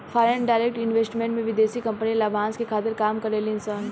foreign direct investment में विदेशी company लाभांस के खातिर काम करे ली सन